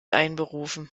einberufen